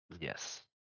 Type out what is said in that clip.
Yes